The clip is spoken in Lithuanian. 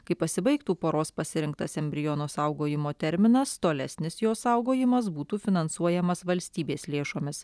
kai pasibaigtų poros pasirinktas embriono saugojimo terminas tolesnis jo saugojimas būtų finansuojamas valstybės lėšomis